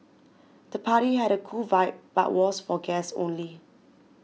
the party had a cool vibe but was for guests only